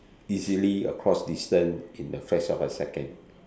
easily across distance in the flash of a second